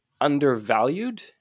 undervalued